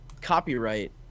copyright